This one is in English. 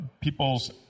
people's